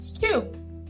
Two